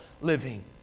living